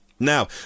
Now